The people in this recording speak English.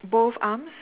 both arms